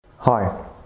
Hi